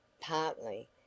Partly